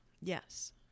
Yes